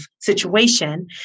situation